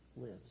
lives